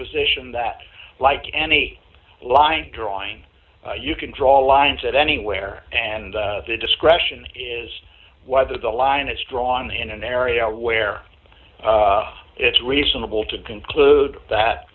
position that like any line drawing you can draw lines at anywhere and the discretion is whether the line is drawn in an area where it's reasonable to conclude that